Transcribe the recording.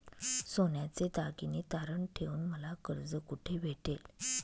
सोन्याचे दागिने तारण ठेवून मला कर्ज कुठे भेटेल?